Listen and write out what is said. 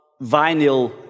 vinyl